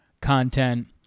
content